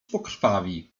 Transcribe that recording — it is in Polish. pokrwawi